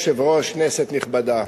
התשע"ב 2011, נתקבלה.